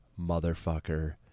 motherfucker